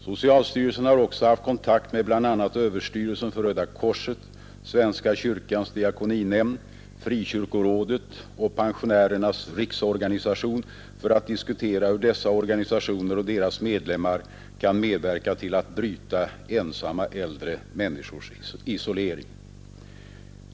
Socialstyrelsen har också haft kontakt med bl.a. överstyrelsen för Röda korset, svenska kyrkans diakoninämnd, Frikyrkorådet och Pensionärernas riksorganisation för att diskutera hur dessa organisationer och deras medlemmar kan medverka till att bryta ensamma äldre människors isolering.